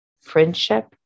Friendship